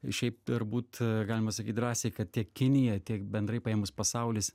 ir šiaip turbūt galima sakyt drąsiai kad tiek kinija tiek bendrai paėmus pasaulis